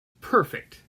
perfect